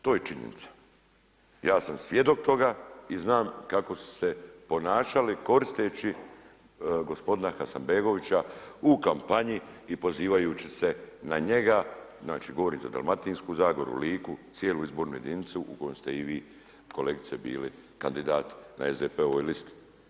To je činjenica, ja sam svjedok toga i znam kako su se ponašali koristeći gospodina Hasanbegovića u kampanji i pozivajući se na njega, znači govorite Dalmatinsku zagoru, Liku, cijelu izbornu jedinicu u kojem ste i vi kolegice bili kandidati na SDP-ovoj listi.